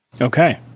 Okay